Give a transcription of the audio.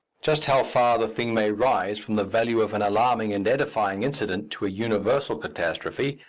just how far the thing may rise from the value of an alarming and edifying incident to a universal catastrophe,